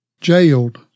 jailed